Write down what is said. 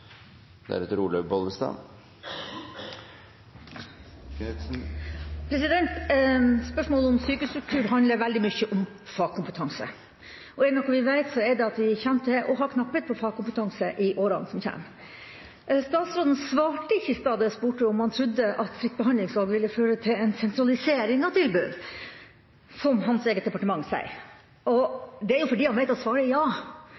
vi vet, så er det at vi kommer til å ha knapphet på fagkompetanse i åra som kommer. Statsråden svarte ikke i stad da jeg spurte om han trodde at fritt behandlingsvalg ville føre til en sentralisering av tilbud, som hans eget departement sier, og det er jo fordi han vet at svaret er ja.